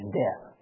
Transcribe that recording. death